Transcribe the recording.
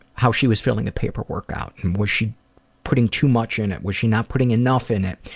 how she was filling the paperwork out and was she putting too much in it, was she not putting enough in it,